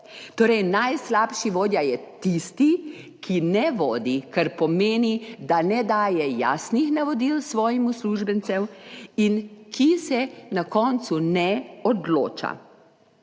Torej najslabši vodja je tisti, ki ne vodi, kar pomeni, da ne daje jasnih navodil svojim uslužbencem, in ki se na koncu ne odloča.